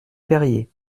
perrier